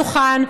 על הדוכן,